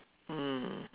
mm